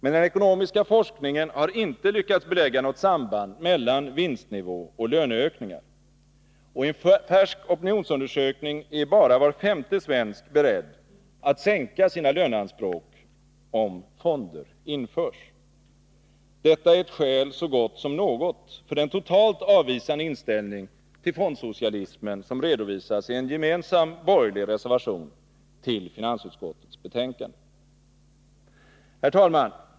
Men den ekonomiska forskningen har inte lyckats belägga något samband mellan vinstnivå och löneökningar. Och i en färsk opinionsundersökning är bara var femte svensk beredd att sänka sina löneanspråk om fonder införs. Detta är ett skäl så gott som något för den totalt avvisande inställningen till fondsocialismen som redovisas i en gemensam borgerlig reservation till finansutskottets betänkande. Herr talman!